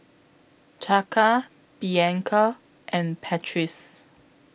Chaka Bianca and Patrice